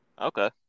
Okay